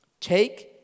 Take